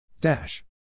Dash